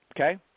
Okay